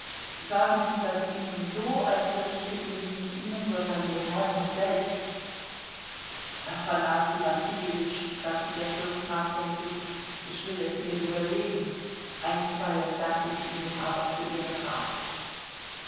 sagen sie das ihnen so als beichteten sie nicht ihnen sondern dem herrn selbst afanassij wassiljewitsch sagte der fürst nachdenklich ich will es mir überlegen einstweilen danke ich ihnen aber für ihren rat